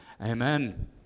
Amen